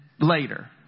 Later